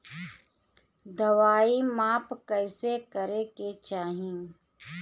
दवाई माप कैसे करेके चाही?